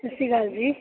ਸਤਿ ਸ਼੍ਰੀ ਅਕਾਲ ਜੀ